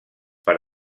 per